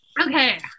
okay